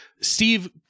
Steve